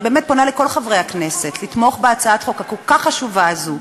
אני באמת פונה לכל חברי הכנסת לתמוך בהצעת החוק הכל-כך חשובה הזאת.